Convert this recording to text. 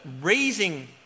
raising